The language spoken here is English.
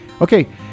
okay